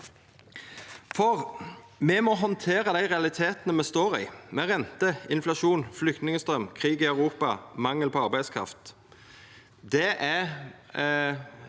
For me må handtera dei realitetane me står i, med rente, inflasjon, flyktningstraum, krig i Europa og mangel på arbeidskraft.